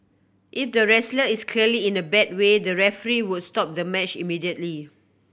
if the wrestler is clearly in a bad way the referee will stop the match immediately